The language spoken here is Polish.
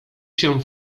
się